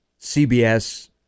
CBS